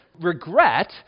regret